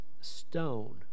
stone